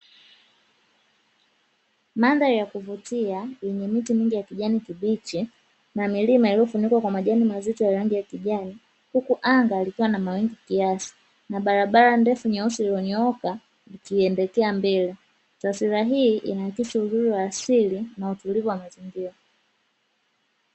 Mandhari ya kuvutia yenye miti mingi ya kijani kibichi na milima iliyofunikwa kwa majani mazito ya rangi ya kijani, huku anga likiwa na mawingu kiasi na barabara ndefu nyeusi iliyonyooka ikielekea mbele. Taswira hii inaakisi uzuri wa asili na utulivu wa mazingira.